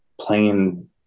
playing